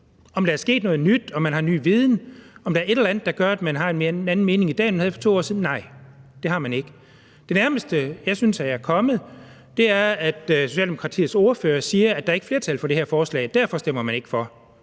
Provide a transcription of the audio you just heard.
om der er sket noget nyt, om man har ny viden, om der er et eller andet, der gør, at man har en anden mening i dag, end man havde for 2 år siden – nej, det er der ikke. Det nærmeste, jeg synes jeg er kommet, er, at Socialdemokratiets ordfører siger, at der ikke er flertal for det her forslag, og derfor stemmer man ikke for.